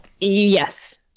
Yes